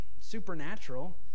supernatural